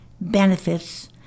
benefits